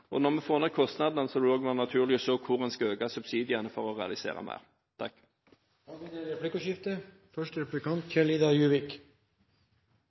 kostnadene. Når vi får ned kostnadene, vil det også være naturlig å se på hvor man skal øke subsidiene – for å få realisert mer. Det blir replikkordskifte.